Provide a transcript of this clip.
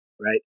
right